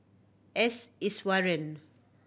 S Iswaran